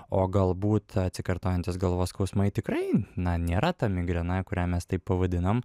o galbūt atsikartojantys galvos skausmai tikrai na nėra ta migrena kurią mes taip pavadinom